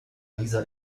lisa